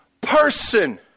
person